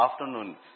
afternoon